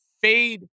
fade